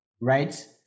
Right